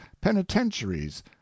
penitentiaries